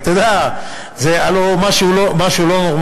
הלוא זה משהו לא נורמלי,